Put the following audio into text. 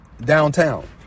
downtown